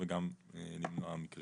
וצמצום המשאבים